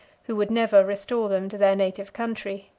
who would never restore them to their native country.